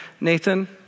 Nathan